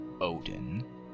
Odin